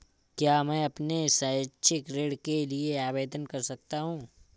क्या मैं अपने शैक्षिक ऋण के लिए आवेदन कर सकता हूँ?